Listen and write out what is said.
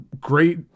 great